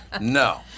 No